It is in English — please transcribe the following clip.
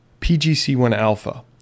PGC1-alpha